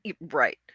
right